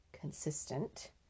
consistent